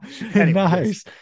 nice